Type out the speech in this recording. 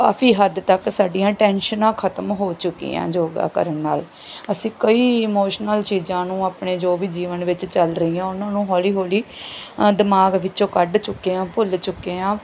ਕਾਫੀ ਹੱਦ ਤੱਕ ਸਾਡੀਆਂ ਟੈਨਸ਼ਨਾਂ ਖਤਮ ਹੋ ਚੁੱਕੀਆਂ ਯੋਗਾ ਕਰਨ ਨਾਲ ਅਸੀਂ ਕਈ ਇਮੋਸ਼ਨਲ ਚੀਜ਼ਾਂ ਨੂੰ ਆਪਣੇ ਜੋ ਵੀ ਜੀਵਨ ਵਿੱਚ ਚੱਲ ਰਹੀਆਂ ਉਹਨਾਂ ਨੂੰ ਹੌਲੀ ਹੌਲੀ ਦਿਮਾਗ ਵਿੱਚੋਂ ਕੱਢ ਚੁੱਕੇ ਹਾਂ ਭੁੱਲ ਚੁੱਕੇ ਹਾਂ